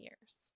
years